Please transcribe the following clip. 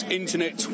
internet